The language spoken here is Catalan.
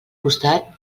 costat